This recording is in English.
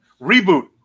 reboot